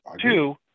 Two